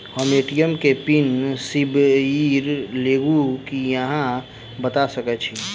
हम ए.टी.एम केँ पिन बिसईर गेलू की अहाँ बता सकैत छी?